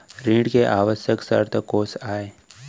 ऋण के आवश्यक शर्तें कोस आय?